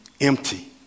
empty